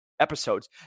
episodes